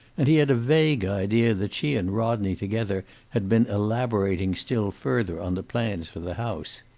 and he had a vague idea that she and rodney together had been elaborating still further on the plans for the house.